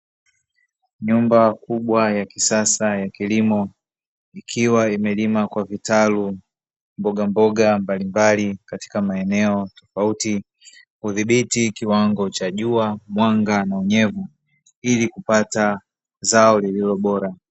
Nyumba kubwa ya kisasa ya kilimo, ikiwa imelimwa kwa vitalu, mboga mboga mbali mbali katika maeneo tofauti, kudhibiti kiwango cha jua, mwanga na unyevu. Ili kupata zao lililo bora.